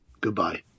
Goodbye